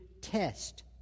test